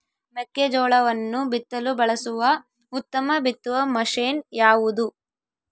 ಮೆಕ್ಕೆಜೋಳವನ್ನು ಬಿತ್ತಲು ಬಳಸುವ ಉತ್ತಮ ಬಿತ್ತುವ ಮಷೇನ್ ಯಾವುದು?